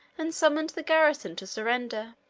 and summoned the garrison to surrender.